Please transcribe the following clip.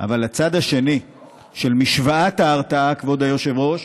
אבל הצד השני של משוואת ההרתעה, כבוד היושב-ראש,